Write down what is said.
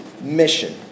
mission